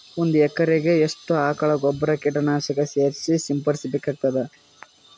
ಒಂದು ಎಕರೆಗೆ ಎಷ್ಟು ಆಕಳ ಗೊಬ್ಬರ ಕೀಟನಾಶಕ ಸೇರಿಸಿ ಸಿಂಪಡಸಬೇಕಾಗತದಾ?